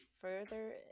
further